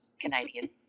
Canadian